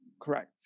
correct